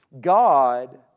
God